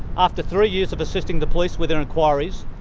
after three years of assisting the police with their inquiries,